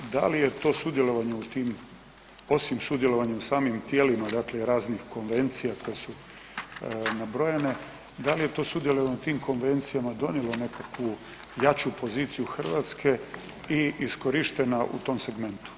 Da li je to sudjelovanje u tim, osim sudjelovanja u samim tijelima dakle raznih konvencija koje su nabrojane, da li je to sudjelovanje na tim konvencijama donijelo nekakvu jaču poziciju Hrvatske i iskorištena u tom segmentu?